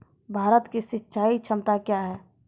भारत की सिंचाई क्षमता क्या हैं?